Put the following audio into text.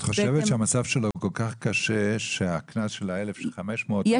את חושבת שהמצב שלו הוא כל כך קשה שקנס בגובה של ה-1,500 שקלים יפגע בו?